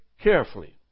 carefully